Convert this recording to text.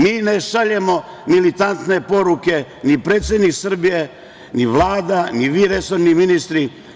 Mi ne šaljemo militantne poruke, ni predsednik Srbije, ni Vlada, ni vi resorni ministri.